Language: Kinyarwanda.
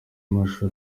amashusho